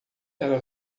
era